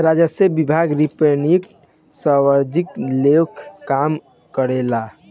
राजस्व विभाग revenue service लेखा काम करेला